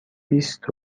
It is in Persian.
بیست